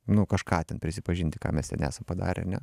nu kažką ten prisipažinti ką mes nesam padarę ar ne